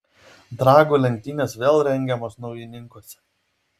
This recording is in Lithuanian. dragų lenktynės vėl rengiamos naujininkuose